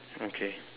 okay